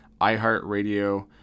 iHeartRadio